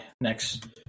next